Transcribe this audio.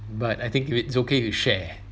but I think it is okay you share